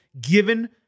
given